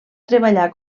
treballar